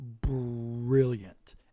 brilliant